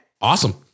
Awesome